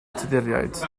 tuduriaid